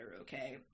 Okay